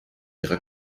ihrer